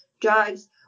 drugs